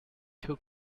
too